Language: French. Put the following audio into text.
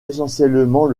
essentiellement